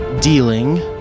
Dealing